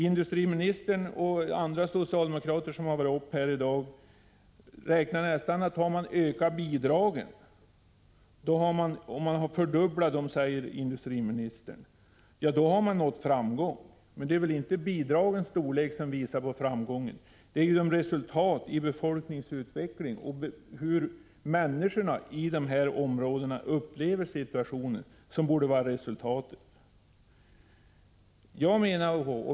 Industriministern och andra socialdemokrater som deltagit i debatten här i dag räknar på det sättet att om man har ökat bidragen — man har fördubblat dem, säger industriministern — har man nått framgång. Men det är väl inte bidragens storlek som visar på framgång, utan det är väl resultatet i befolkningsutvecklingen som man måste gå efter. Det är väl hur människorna i dessa områden upplever situationen som borde vara resultatet.